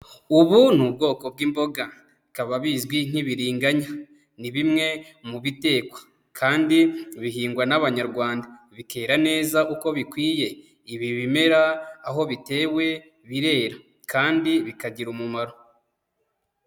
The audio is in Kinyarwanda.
Ubu ni ubwoko bw'imboga, bikaba bizwi nk'ibiringanya. Ni bimwe mu bitekwa, kandi bihingwa n'Abanyarwanda, bikera neza uko bikwiye. Ibi bimera aho bitewe birera, kandi bikagira umumaro.